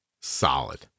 solid